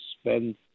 spend